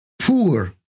poor